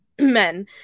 men